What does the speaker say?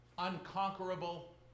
unconquerable